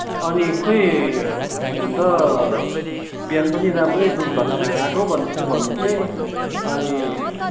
अनि खोइ हुन त बिहान पनि राम्रै दुधभात खाएर आएको भन्दै थियो भन्न चाहिँ अनि